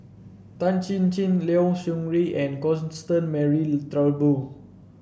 Tan Chin Chin Liao Yingru and Constance Mary Turnbull